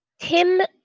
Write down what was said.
Tim